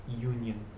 union